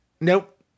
Nope